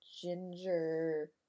ginger